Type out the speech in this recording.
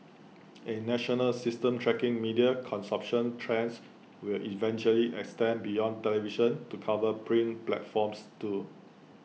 A national system tracking media consumption trends will eventually extend beyond television to cover print platforms too